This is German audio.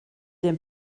dem